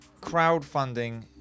crowdfunding